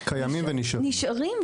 נשארים,